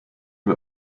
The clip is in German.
wir